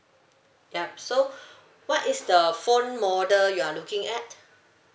yup so what is the phone model you are looking at